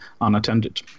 unattended